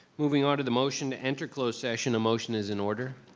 moving on to the motion to enter closed session, a motion is in order.